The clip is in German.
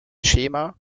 schema